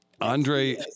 Andre